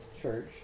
church